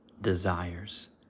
desires